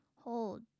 hold